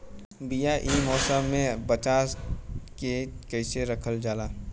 बीया ए मौसम में बचा के कइसे रखल जा?